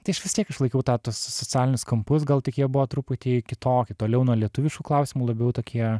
tai aš vis tiek išlaikiau tą tuos socialinius kampus gal tik jie buvo truputį kitokie toliau nuo lietuviškų klausimų labiau tokie